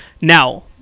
Now